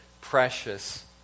precious